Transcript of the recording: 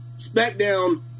SmackDown